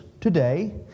today